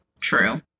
true